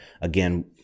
Again